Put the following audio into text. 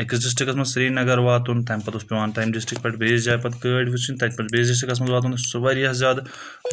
أکِس ڈِسٹرکَس منٛز سریٖنگر واتُن تَمہِ پَتہٕ اوس پَیوان تَمہِ ڈِسٹِرک پؠٹھ بیٚیِس جایہِ پَتہٕ گٲڑۍ وٕچھِنۍ تَتہِ پؠٹھ بیٚیِس ڈِسٹِرٛکَس منٛز واتُن سُہ واریاہ زیادٕ